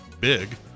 Big